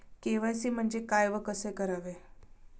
KYC म्हणजे काय व कसे करावे?